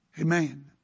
Amen